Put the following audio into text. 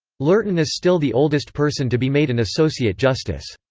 lurton is still the oldest person to be made an associate justice.